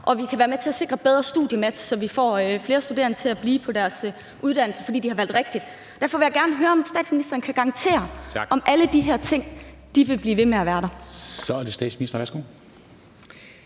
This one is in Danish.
og vi kan være med til at sikre bedre studiematch, så vi får flere studerende til at blive på deres uddannelse, fordi de har valgt rigtigt. Derfor vil jeg gerne høre, om statsministeren kan garantere, at alle de her ting vil blive ved med at være der. Kl. 23:01 Formanden (Henrik